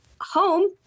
home